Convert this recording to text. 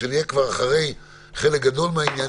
כשנהיה כבר אחרי חלק גדול מהעניין,